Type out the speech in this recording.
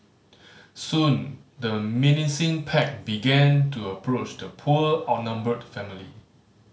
soon the menacing pack began to approach the poor outnumbered family